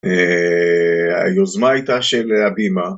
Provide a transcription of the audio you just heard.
היוזמה הייתה של הבימה